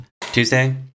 Tuesday